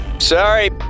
Sorry